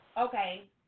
Okay